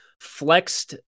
flexed